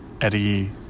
Eddie